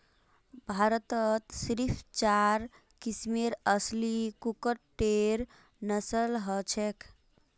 भारतत सिर्फ चार किस्मेर असली कुक्कटेर नस्ल हछेक